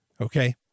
Okay